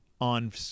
on